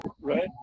Right